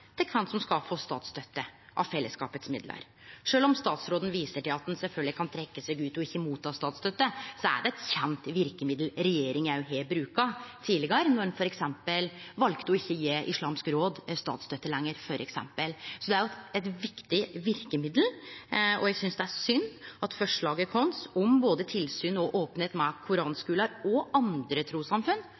til kven som skal få statsstøtte av fellesskapet sine midlar. Sjølv om statsråden viser til at ein sjølvsagt kan trekkje seg ut og ikkje ta imot statsstøtte, er det eit kjent verkemiddel regjeringa har brukt tidlegare, då ein f.eks. valde å ikkje gje Islamsk Råd statsstøtte lenger. Det er eit viktig verkemiddel. Eg synest det er synd med tanke på forslaget vårt om både tilsyn med og openheit om koranskular og andre